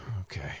Okay